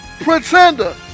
pretender